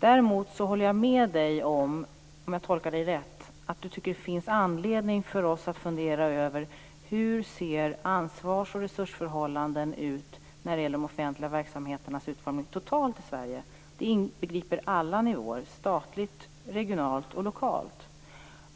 Däremot håller jag med Maria Larsson, om jag tolkar henne rätt, om att det finns anledning för oss att fundera över hur ansvars och resursförhållandena ser ut när det gäller de offentliga verksamheternas utformning totalt i Sverige. Det inbegriper alla nivåer - statligt, regionalt och lokalt.